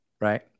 right